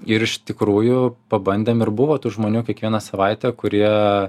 ir iš tikrųjų pabandėm ir buvo tų žmonių kiekvieną savaitę kurie